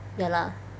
ya lah